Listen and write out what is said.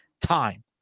time